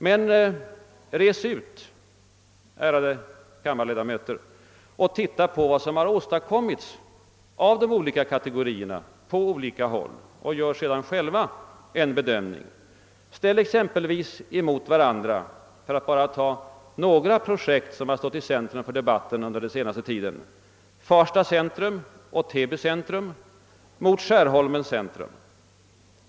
Men, res ut, ärade kammarledamöter, och se på vad som åstadkommits av de olika kategorierna på olika håll och gör sedan själva en bedömning! Ställ exempelvis mot varandra — för att bara ta några projekt som stått i centrum för debatten — Farsta centrum och Täby centrum mot Skärholmens centrum.